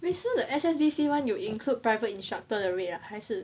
wait so the S_S_D_C one 有 include private instructor 的 rate ah 还是